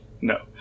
No